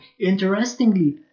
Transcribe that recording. interestingly